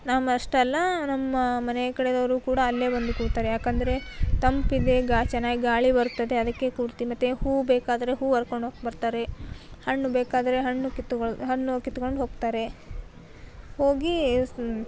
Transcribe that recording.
ನಾವಷ್ಟೇ ಅಲ್ಲ ನಮ್ಮ ಮನೆಯ ಕಡೆ ಅವರು ಕೂಡ ಅಲ್ಲೇ ಬಂದು ಕೂರ್ತಾರೆ ಯಾಕೆಂದರೆ ತಂಪಿದೆ ಗಾ ಚೆನ್ನಾಗಿ ಗಾಳಿ ಬರುತ್ತದೆ ಅದಕ್ಕೆ ಕೂರ್ತೀವಿ ಮತ್ತು ಹೂವು ಬೇಕಾದರೆ ಹೂವು ಹರ್ಕೊಂಡು ಹೋಗೋಕೆ ಬರ್ತಾರೆ ಹಣ್ಣು ಬೇಕಾದರೆ ಹಣ್ಣು ಕಿತ್ತುಕೊಳ್ ಹಣ್ಣು ಕಿತ್ಕೊಂಡು ಹೋಗ್ತಾರೆ ಹೋಗಿ